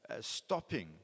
stopping